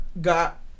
got